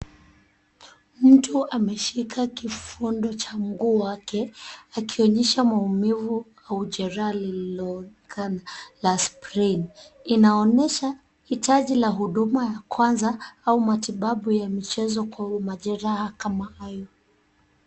Mtu ameshika kivundo cha mguu wake akionyesha maumivu au jeraha linaloonekana la sprin . Inaonyesha hitaji la huduma ya kwanza au matibabu ya michezo kwa majeraha kama hayo.